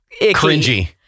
Cringy